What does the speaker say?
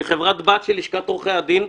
שהיא חברת בת של לשכת עורכי הדין,